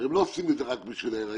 הרי הם לא עושים את זה רק בשביל ההריון,